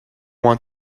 want